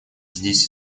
здесь